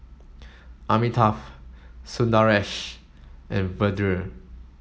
Amitabh Sundaresh and Vedre